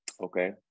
Okay